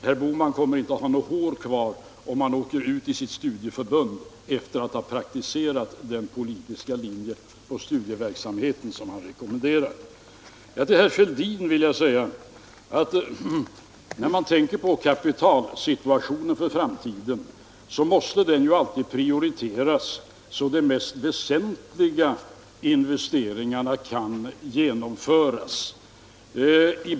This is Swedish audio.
Herr Bohman kommer inte att ha något hår kvar, om han åker ut till sitt studieförbund efter att ha praktiserat den politiska linje i fråga om studieverksamheten som han rekommenderar. Till herr Fälldin vill jag säga att när man tänker på kapitalsituationen för framtiden måste man alltid prioritera sådana områden där de mest väsentliga investeringarna skall genomföras.